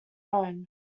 own